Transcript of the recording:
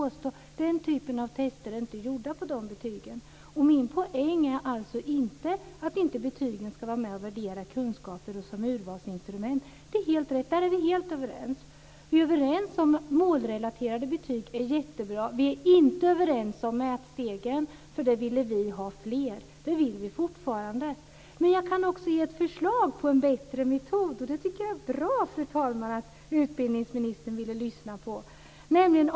Den typen av tester är inte gjorda på dessa betyg. Min poäng är alltså inte att betygen inte ska ingå i värderingen av kunskaper och vara ett urvalsinstrument. Om det är vi helt överens. Vi är överens om att målrelaterade betyg är jättebra. Vi är inte överens om mätstegen, för vi ville ha fler och det vill vi fortfarande. Jag kan också ge förslag på en bättre metod, och det tycker jag är bra, fru talman, att utbildningsministern vill lyssna på.